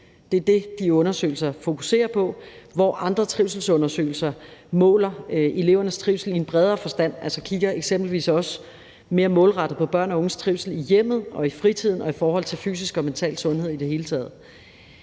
Det er det, som de undersøgelser fokuserer på, hvor andre trivselsundersøgelser måler elevernes trivsel i en bredere forstand, altså eksempelvis også kigger mere målrettet på børns og unges trivsel i hjemmet og i fritiden og i forhold til fysisk og mental sundhed i det hele taget.